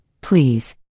please